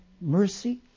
mercy